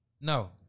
No